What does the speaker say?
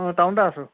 অঁ টাউনতে আছোঁ